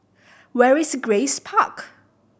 where is Grace Park